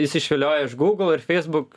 jis išviliojo iš google ir facebook